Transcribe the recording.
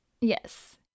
yes